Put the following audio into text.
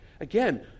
Again